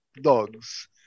dogs